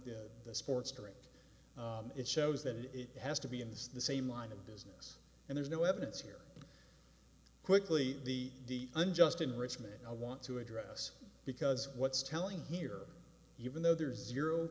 the sports drink it shows that it has to be in this the same line of business and there's no evidence here quickly the unjust enrichment i want to address because what's telling here even though there's euro